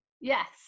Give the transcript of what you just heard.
yes